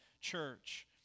church